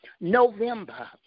November